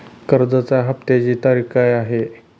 कर्जाचा हफ्त्याची तारीख काय आहे?